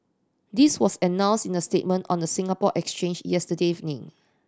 this was announced in a statement on the Singapore Exchange yesterday evening